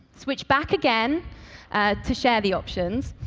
switch back again to share the options,